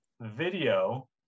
video